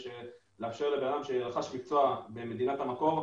וכך לאפשר לבן אדם שרכש מקצוע במדינת המקור,